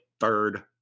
third